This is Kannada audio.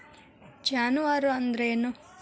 ಜಾನುವಾರು ಅಂದ್ರೇನು?